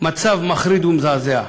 מצב מחריד ומזעזע.